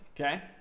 Okay